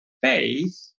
faith